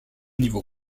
niveau